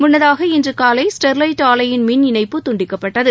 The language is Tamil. முன்னதாக இன்று காலை ஸ்டெர்லைட் ஆலையின் மின் இணைப்பு துண்டிக்கப்பட்டது